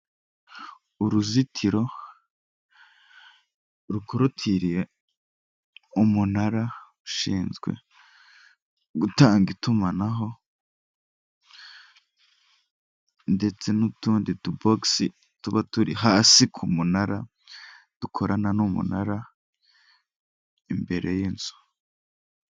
Uruzitiro rukorotiriye umunara, ushinzwe gutanga itumanaho, ndetse n'utundi tubogisi tuba turi hasi ku munara dukorana n'umunara imbere y'inzu.